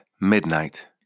midnight